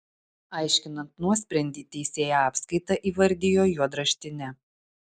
aiškinant nuosprendį teisėja apskaitą įvardijo juodraštine